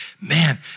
man